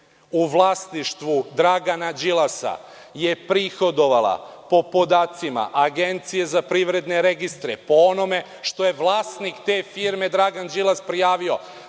u vlasništvu Dragana Đilasa je prihodovala o podacima Agencije za privredne registre po onome što je vlasnik te firme Dragan Đilas prijavio,